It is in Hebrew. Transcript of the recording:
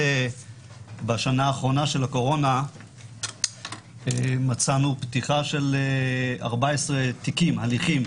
בשנה האחרונה של הקורונה מצאנו פתיחה של 14 הליכים